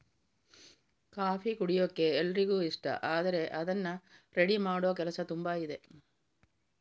coffee ಕುಡಿಯೋಕೆ ಎಲ್ರಿಗೂ ಇಷ್ಟ ಆದ್ರೆ ಅದ್ನ ರೆಡಿ ಮಾಡೋ ಕೆಲಸ ತುಂಬಾ ಇದೆ